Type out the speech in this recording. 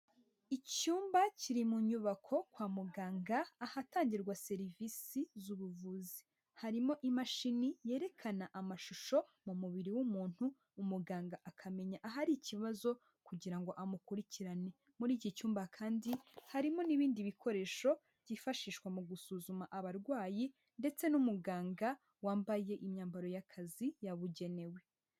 Icyumba kiri mu nyubako kwa muganga ahatangirwa serivisi z'ubuvuzi, harimo imashini yerekana amashusho mu mubiri w'umuntu umuganga akamenya ahari ikibazo kugira ngo amukurikirane, muri iki cyumba kandi harimo n'ibindi bikoresho byifashishwa mu gusuzuma abarwayi ndetse n'umuganga wambaye imyambaro y'akazi yabugenewe.